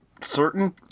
certain